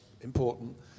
important